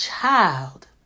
Child